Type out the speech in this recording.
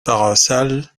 paroissiale